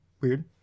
Weird